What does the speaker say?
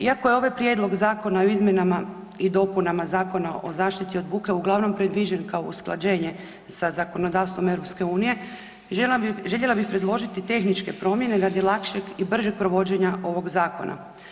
Iako je ovaj Prijedlog Zakona i izmjenama i dopunama Zakona o zaštiti o buke uglavnom predviđen kao usklađenje sa zakonodavstvom EU željela bih predložiti tehničke promjene radi lakšeg i bržeg provođenja ovog zakona.